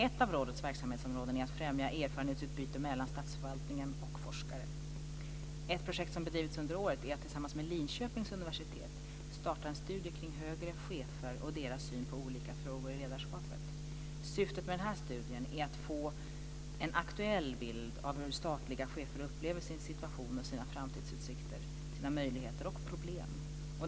Ett av rådets verksamhetsområden är att främja erfarenhetsutbyte mellan statsförvaltning och forskare. Ett projekt som har bedrivits under året är att tillsammans med Linköpings universitet starta en studie kring högre chefer och deras syn på olika frågor om ledarskap. Syftet med denna studie är att få en aktuell bild av hur statliga chefer upplever sin situation och sina framtidsutsikter, sina möjligheter och problem.